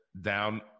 down